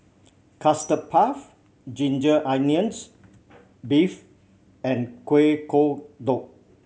Custard Puff ginger onions beef and Kueh Kodok